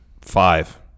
five